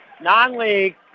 Non-league